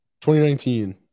2019